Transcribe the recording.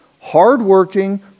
hardworking